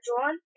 John